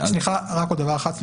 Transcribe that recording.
עוד דבר אחד,